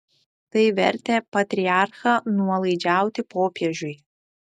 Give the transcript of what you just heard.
tai vertė patriarchą nuolaidžiauti popiežiui